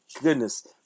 goodness